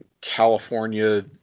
California